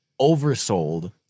oversold